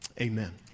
Amen